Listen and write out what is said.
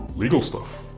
legal stuff?